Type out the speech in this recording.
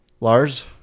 Lars